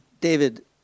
David